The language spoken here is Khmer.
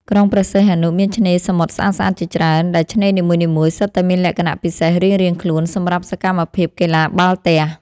ក្រុងព្រះសីហនុមានឆ្នេរសមុទ្រស្អាតៗជាច្រើន ដែលឆ្នេរនីមួយៗសុទ្ធតែមានលក្ខណៈពិសេសរៀងៗខ្លួនសម្រាប់សកម្មភាពកីឡាបាល់ទះ។